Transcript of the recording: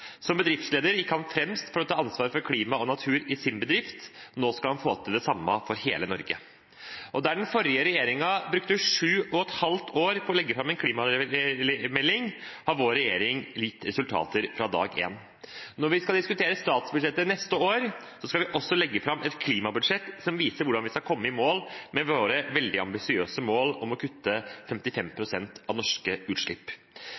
Som bedriftsleder gikk han fremst for å ta ansvaret for klima og natur i sin bedrift. Nå skal han få til det samme for hele Norge. Der den forrige regjeringen brukte sju og et halvt år på å legge fram en klimamelding, har vår regjering gitt resultater fra dag én. Når vi skal diskutere statsbudsjettet neste år, skal vi også legge fram et klimabudsjett som viser hvordan vi skal komme i mål med våre veldig ambisiøse mål om å kutte 55 pst. av norske utslipp.